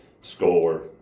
score